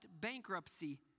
bankruptcy